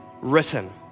written